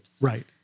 Right